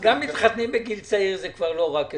גם מתחתנים בגיל צעיר, זה כבר לא רק אצלנו.